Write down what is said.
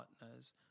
partners